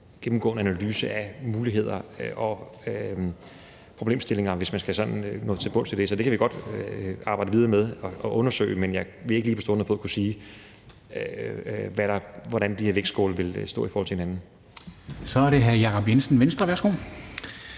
gennemgående analyse af muligheder og problemstillinger, hvis man skal nå til bunds i det. Så det kan vi godt arbejde videre med og undersøge, men jeg vil ikke lige på stående fod kunne sige, hvordan de her vægtskåle vil stå i forhold til hinanden. Kl. 13:44 Formanden (Henrik Dam